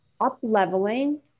up-leveling